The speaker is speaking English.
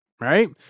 right